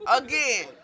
again